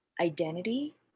identity